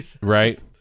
Right